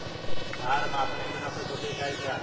भार मापने की सबसे छोटी इकाई क्या है?